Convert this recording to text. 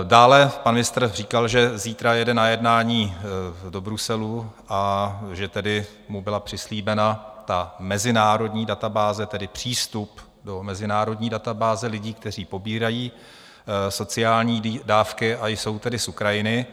Dále pan ministr říkal, že zítra jede na jednání do Bruselu a že mu byla přislíbena mezinárodní databáze, tedy přístup do mezinárodní databáze lidí, kteří pobírají sociální dávky a jsou z Ukrajiny.